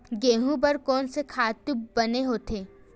गेहूं बर कोन से खातु बने होथे?